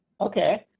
okay